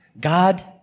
God